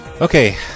Okay